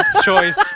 choice